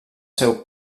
seu